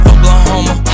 Oklahoma